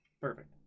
Perfect